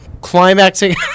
climaxing